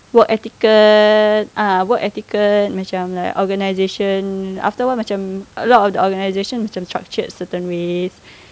work etiquette ah work etiquette macam like organisation after awhile macam a lot of organization macam structured a certain way